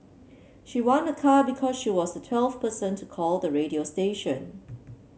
she won a car because she was the twelfth person to call the radio station